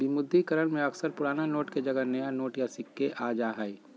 विमुद्रीकरण में अक्सर पुराना नोट के जगह नया नोट या सिक्के आ जा हइ